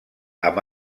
amb